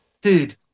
Dude